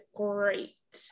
great